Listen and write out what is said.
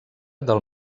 del